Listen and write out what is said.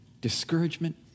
discouragement